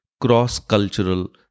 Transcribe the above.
cross-cultural